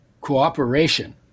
Cooperation